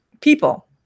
people